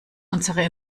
unsere